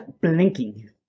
blinking